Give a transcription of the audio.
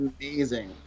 amazing